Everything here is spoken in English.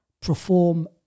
perform